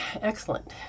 Excellent